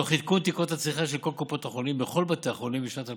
תוך עדכון תקרות הצריכה של כל קופות החולים בכל בתי החולים בשנת 2020,